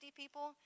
people